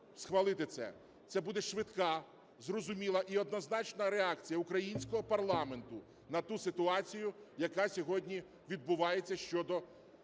Це буде швидка, зрозуміла і однозначна реакція українського парламенту на ту ситуацію, яка сьогодні відбувається щодо